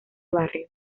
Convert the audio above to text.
barrio